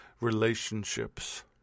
relationships